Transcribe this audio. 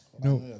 no